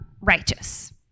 righteous